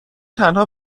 تنها